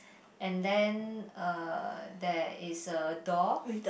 and then uh there is a door